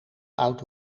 oud